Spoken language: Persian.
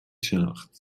شناخت